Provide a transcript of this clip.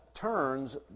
turns